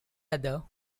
other